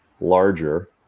larger